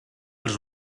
els